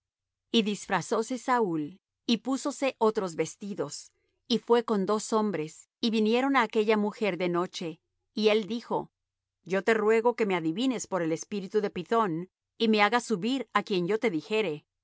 y disfrazóse saúl y púsose otros vestidos y fuése con dos hombres y vinieron á aquella mujer de noche y él dijo yo te ruego que me adivines por el espíritu de pythón y me hagas subir á quien yo te dijere